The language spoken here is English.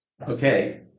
Okay